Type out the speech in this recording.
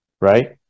right